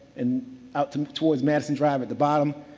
and out towards maddison drive at the bottom.